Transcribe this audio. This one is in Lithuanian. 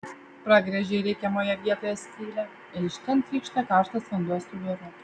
pragręžei reikiamoje vietoje skylę ir iš ten trykšta karštas vanduo su garu